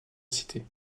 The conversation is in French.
cité